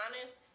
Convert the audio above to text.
honest